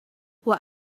what